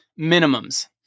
minimums